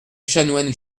chanoine